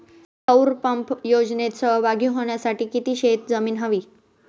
सौर पंप योजनेत सहभागी होण्यासाठी किती शेत जमीन हवी?